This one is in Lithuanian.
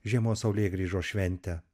žiemos saulėgrįžos šventę